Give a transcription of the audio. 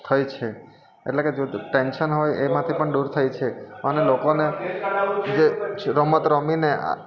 થઈ છે એટલે કે જો ટેન્શન હોય એમાંથી પણ દૂર થઈ છે અને લોકોને જે રમત રમીને આ